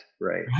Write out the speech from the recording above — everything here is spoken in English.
Right